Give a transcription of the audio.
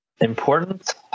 important